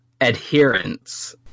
adherence